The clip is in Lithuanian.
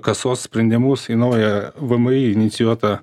kasos sprendimus į naują vmi inicijuotą